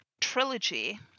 trilogy